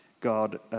God